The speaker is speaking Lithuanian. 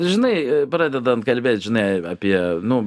žinai pradedant kalbėt žinai apie nu